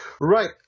Right